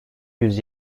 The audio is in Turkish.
yüz